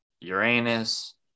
Uranus